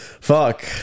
Fuck